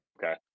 Okay